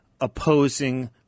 opposing